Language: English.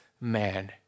man